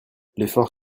l’effort